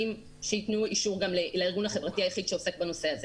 שייתנו אישור גם לארגון החברתי היחיד שעוסק בנושא הזה.